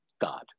God